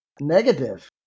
Negative